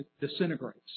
disintegrates